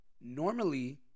normally